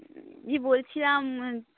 বলছিলাম